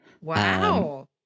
Wow